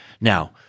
Now